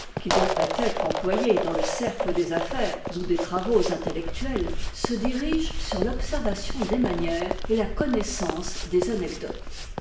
qui devrait être employée dans le cercle des affaires ou des travaux intellectuels se dirige sur l'observation des manières et la connaissance des anecdotes